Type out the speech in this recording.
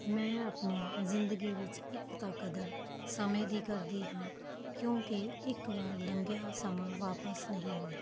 ਮੈਂ ਆਪਣੀ ਜ਼ਿੰਦਗੀ ਵਿੱਚ ਇੱਕ ਤਾਂ ਕਦਰ ਸਮੇਂ ਦੀ ਕਰਦੀ ਹਾਂ ਕਿਉਂਕਿ ਇੱਕ ਵਾਰ ਲੰਘਿਆ ਸਮਾਂ ਵਾਪਸ ਨਹੀਂ ਆਉਂਦਾ